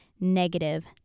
Negative